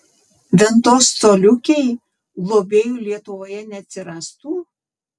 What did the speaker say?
ventos coliukei globėjų lietuvoje neatsirastų